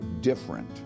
different